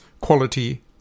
Quality